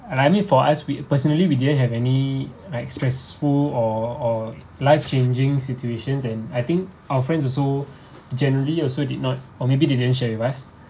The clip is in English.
and I mean for us we personally we didn't have any like stressful or or life changing situations and I think our friends also generally also did not or maybe they didn't share with us